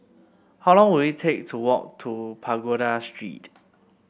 how long will it take to walk to Pagoda Street